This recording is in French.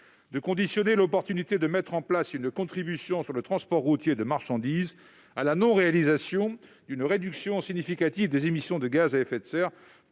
de conditionner l'opportunité de mettre en place une contribution sur le transport routier de marchandises à la non-réalisation d'une réduction significative des émissions de gaz à effet de serre